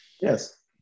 Yes